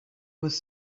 was